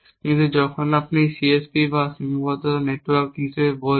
কিন্তু যখন আপনি CSP বা সীমাবদ্ধতা নেটওয়ার্ক হিসাবে বলবেন